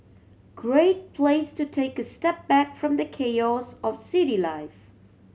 great place to take a step back from the chaos of city life